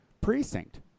Precinct